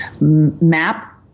map